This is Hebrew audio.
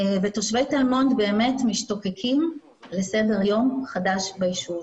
תושבי תל מונד באמת משתוקקים לסדר יום חדש בישוב.